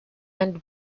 and